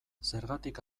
zergatik